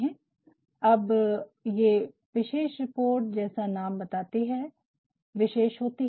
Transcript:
अब अब ये विशेष रिपोर्ट जैसा नाम बताता है विशेष होती है